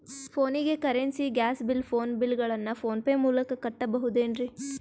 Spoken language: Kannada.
ಫೋನಿಗೆ currency, gas bill, phone bill ಗಳನ್ನು ಫೋನ್ ಪೇ ಮೂಲಕ ಕಟ್ಟಬಹುದೇನ್ರಿ?